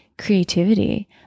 creativity